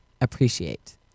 appreciate